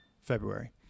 February